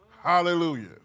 Hallelujah